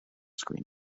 screen